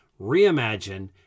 reimagine